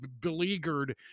beleaguered